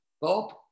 Bob